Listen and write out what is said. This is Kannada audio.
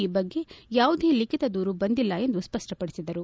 ಈ ಬಗ್ಗೆ ಯಾವುದೇ ಲಿಖಿತ ದೂರು ಬಂದಿಲ್ಲ ಎಂದು ಸ್ಪಷ್ಟಪಡಿಸಿದರು